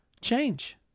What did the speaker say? change